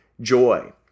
joy